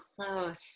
Close